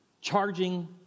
Charging